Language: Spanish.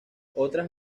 otras